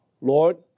Lord